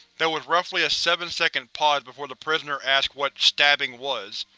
there was roughly a seven second pause before the prisoner asked what stabbing was.